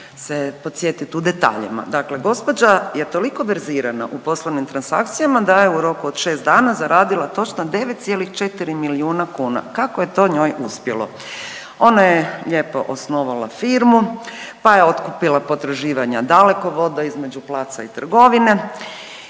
se podsjetiti u detaljima. Dakle, gospođa je toliko verzirana u poslovnim transakcijama da je u roku od 6 dana zaradila točno 9,4 milijuna kuna. Kako je to njoj uspjelo? Ona je lijepo osnovala firmu, pa je otkupila potraživanja Dalekovoda između placa i trgovine